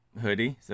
hoodie